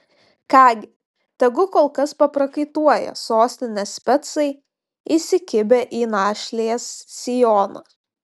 ką gi tegu kol kas paprakaituoja sostinės specai įsikibę į našlės sijoną